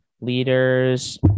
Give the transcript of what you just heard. leaders